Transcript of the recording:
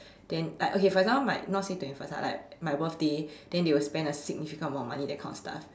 then like okay for example like my not say twenty first like my birthday then they will sent a significant amount of money that kind of stuff